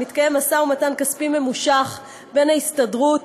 מתקיים משא ומתן כספי ממושך בין ההסתדרות,